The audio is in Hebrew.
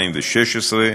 התשע"ו 2016,